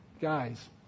Guys